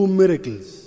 miracles